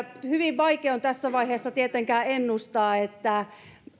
hyvin vaikea on tässä vaiheessa tietenkään ennustaa